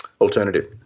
alternative